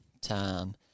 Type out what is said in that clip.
time